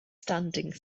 standing